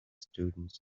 students